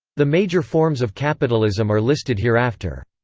the major forms of capitalism are listed hereafter